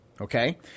Okay